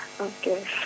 okay